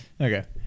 Okay